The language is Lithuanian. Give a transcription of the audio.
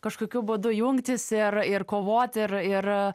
kažkokiu būdu jungtis ir ir kovot ir ir